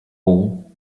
all